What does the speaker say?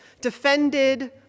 defended